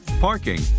parking